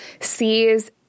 sees